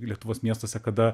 lietuvos miestuose kada